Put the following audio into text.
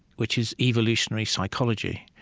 which is evolutionary psychology,